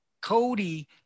Cody